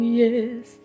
yes